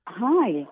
Hi